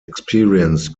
experienced